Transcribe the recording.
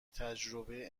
تجربه